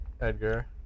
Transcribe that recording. Edgar